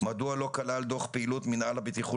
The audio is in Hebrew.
מדוע לא כלל דוח פעילות מינהל הבטיחות